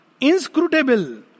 inscrutable